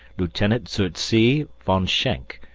lieutenant-zu-see von schenk,